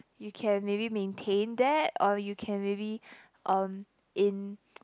you can maybe maintain that or you can maybe um in